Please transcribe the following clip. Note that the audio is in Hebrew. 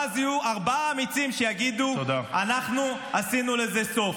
ואז יהיו ארבעה אמיצים שיגידו: אנחנו עשינו לזה סוף.